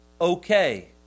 okay